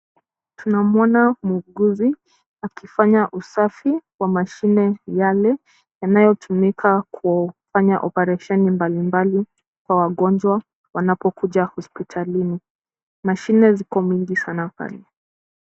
Tunamuona muuguzi akifanya usafi wa mashine yale yanayotumika kufanya operesheni mbali mbali kwa wagonjwa wanapokuja hospitalini. Mashine ziko mingi pale.